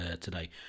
today